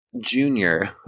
Junior